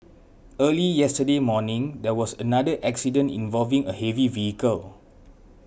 early yesterday morning there was another accident involving a heavy vehicle